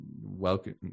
welcome